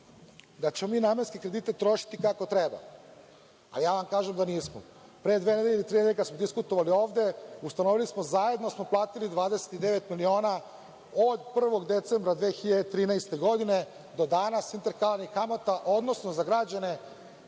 da ćemo mi namenski kredite trošiti kako treba, a ja vam kažem da nismo. Pre dve nedelje ili tri nedelje kada smo diskutovali ovde, ustanovili smo – zajedno smo platili 29 miliona od 1. decembra 2013. godine interkalarnih kamata, odnosno, za građane,